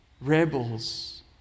rebels